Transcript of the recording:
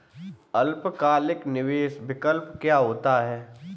अल्पकालिक निवेश विकल्प क्या होता है?